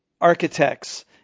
architects